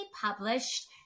published